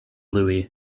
louie